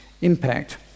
impact